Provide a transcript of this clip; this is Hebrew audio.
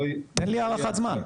תן לי הערכת זמן.